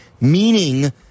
meaning